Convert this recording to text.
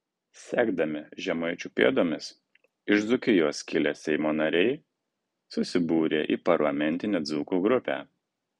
sekdami žemaičių pėdomis iš dzūkijos kilę seimo nariai susibūrė į parlamentinę dzūkų grupę